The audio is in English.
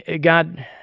God